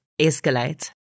escalate